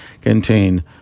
contain